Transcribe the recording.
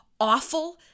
awful